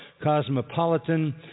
cosmopolitan